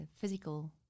physical